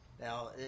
Now